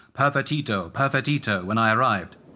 pervertido! pervertido! when i arrived.